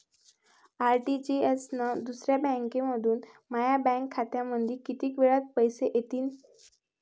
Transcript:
RTGS न दुसऱ्या बँकेमंधून माया बँक खात्यामंधी कितीक वेळातं पैसे येतीनं?